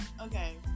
Okay